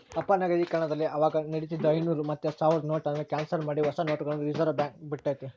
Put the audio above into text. ಅಪನಗದೀಕರಣದಲ್ಲಿ ಅವಾಗ ನಡೀತಿದ್ದ ಐನೂರು ಮತ್ತೆ ಸಾವ್ರುದ್ ನೋಟುನ್ನ ಕ್ಯಾನ್ಸಲ್ ಮಾಡಿ ಹೊಸ ನೋಟುಗುಳ್ನ ರಿಸರ್ವ್ಬ್ಯಾಂಕ್ ಬುಟ್ಟಿತಿ